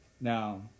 Now